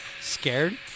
Scared